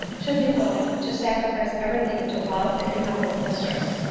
should be willing to sacrifice every thing to love, and become his mistress.